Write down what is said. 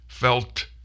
felt